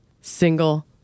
single